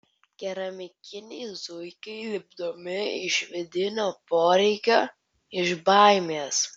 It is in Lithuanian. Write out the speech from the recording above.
keramikiniai zuikiai lipdomi iš vidinio poreikio iš baimės